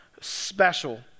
special